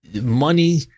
money